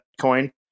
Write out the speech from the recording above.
coin